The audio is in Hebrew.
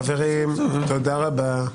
חברים, חברים, תודה רבה.